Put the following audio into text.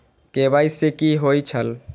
KYC कि होई छल?